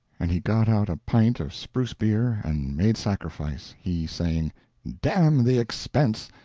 and he got out a pint of spruce-beer and made sacrifice, he saying damn the expense,